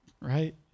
right